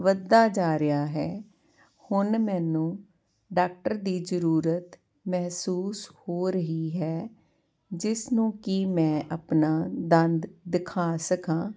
ਵੱਧਦਾ ਜਾ ਰਿਹਾ ਹੈ ਹੁਣ ਮੈਨੂੰ ਡਾਕਟਰ ਦੀ ਜ਼ਰੂਰਤ ਮਹਿਸੂਸ ਹੋ ਰਹੀ ਹੈ ਜਿਸ ਨੂੰ ਕਿ ਮੈਂ ਆਪਣਾ ਦੰਦ ਦਿਖਾ ਸਕਾਂ